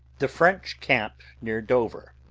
the french camp near dover.